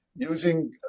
Using